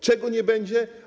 Czego nie będzie?